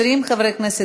חוק